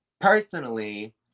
Personally